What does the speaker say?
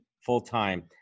full-time